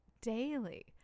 daily